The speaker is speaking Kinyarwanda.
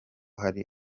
hari